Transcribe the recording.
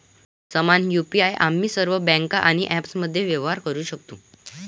समान यु.पी.आई आम्ही सर्व बँका आणि ॲप्समध्ये व्यवहार करू शकतो